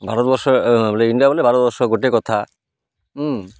Bharatvarsh India ବଲେ ଭାରତବର୍ଷ ଗୋଟେ କଥା ହୁଁ